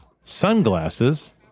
Sunglasses